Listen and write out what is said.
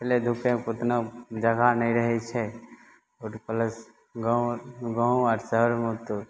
खेलय धुपयके ओतना जगह नहि रहय छै आओर प्लस गाँव गाँव आओर शहरमे तऽ